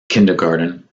kindergarten